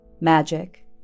magic